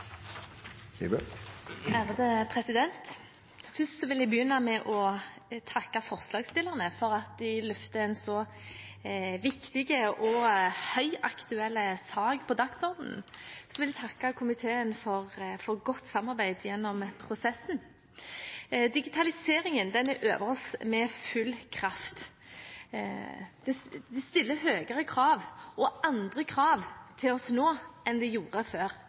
anses vedtatt. Først vil jeg begynne med å takke forslagsstillerne for at de setter en så viktig og høyaktuell sak på dagsordenen. Jeg vil også takke komiteen for godt samarbeid gjennom prosessen. Digitaliseringen er over oss med full kraft. Det stilles høyere krav og andre krav til oss nå enn det ble gjort før.